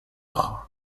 ojo